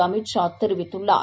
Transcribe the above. அமித் ஷா தெரிவித்துள்ளார்